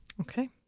Okay